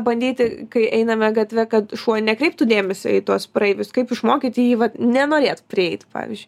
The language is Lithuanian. bandyti kai einame gatve kad šuo nekreiptų dėmesio į tuos praeivius kaip išmokyti jį vat nenorėt prieit pavyzdž